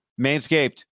Manscaped